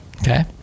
Okay